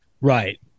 Right